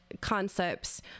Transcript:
concepts